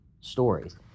stories